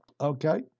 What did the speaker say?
Okay